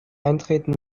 eintreten